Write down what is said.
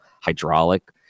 hydraulic